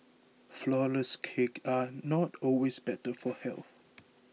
Flourless Cakes are not always better for health